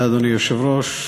אדוני היושב-ראש,